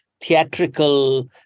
theatrical